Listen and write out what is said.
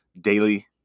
daily